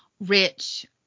rich